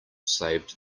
saved